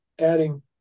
adding